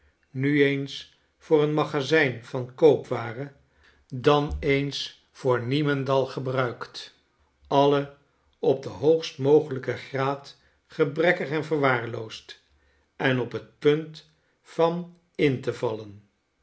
nu eens voor een magazijn van koopwaren dan eens voorniemendalgebruikt alle op den hoogst mogelijken graad gebrekkig en verwaarloosd en op het punt van in te vallen